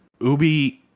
ubi